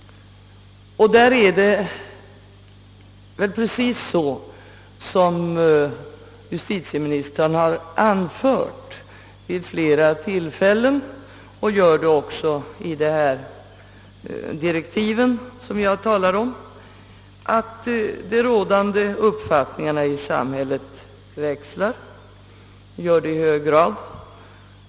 Och därvidlag är det precis så som justitieministern vid flera tillfällen anfört — han gör det även i de aktuella direktiven — att de rådande uppfattningarna i samhället i hög grad växlar.